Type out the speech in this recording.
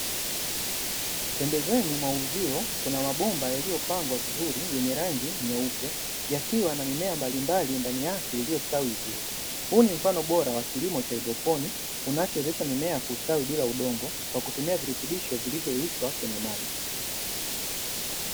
Pembezoni mwa uzio kuna mabomba yaliyopangwa vizuri yenye rangi nyeupe yakiwa na mimea mbalimbali ndani yake iliyostawi vizuri, huu ni mfano bora wa kilimo cha haidroponi, unachowezesha mimea kustawi bila udongo kwa kutumia virutubisho vilivyoyeyushwa kwenye maji.